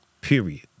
period